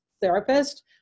therapist